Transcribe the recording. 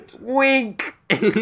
Wink